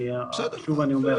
שוב אני אומר,